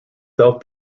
self